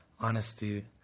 honesty